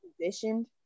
positioned